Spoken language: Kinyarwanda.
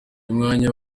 umwanya